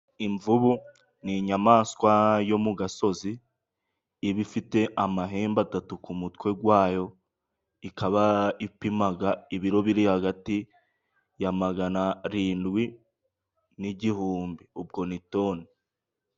Imvubu ni inyamaswa yo mu gasozi, iba ifite amahembe atatu ku mutwe wayo, ikaba ipimaga ibiro biri hagati ya maganarindwi n'igihumbi; ubwo ni toni.